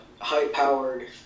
high-powered